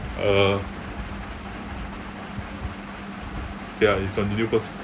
uh ya you continue first